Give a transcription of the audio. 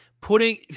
putting